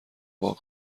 واق